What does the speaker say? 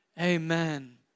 Amen